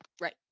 Right